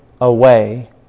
away